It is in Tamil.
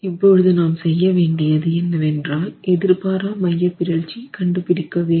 இப்பொழுது நாம் செய்யவேண்டியது என்னவென்றால் எதிர்பாரா மையப்பிறழ்ச்சி கண்டுபிடிக்க வேண்டும்